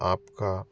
आपका